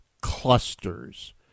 clusters